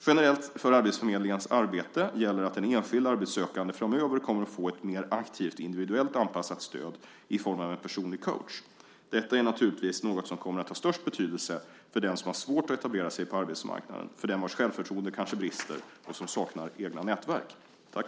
Generellt för arbetsförmedlingens arbete gäller att den enskilde arbetssökande framöver kommer att få ett mer aktivt, individuellt anpassat stöd i form av en personlig coach. Detta är naturligtvis något som kommer att ha störst betydelse för den som har svårt att etablera sig på arbetsmarknaden, för den vars självförtroende kanske brister och som saknar egna nätverk.